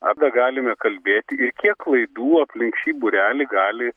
arba galime kalbėti ir kiek klaidų aplink šį būrelį gali